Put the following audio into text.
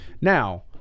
Now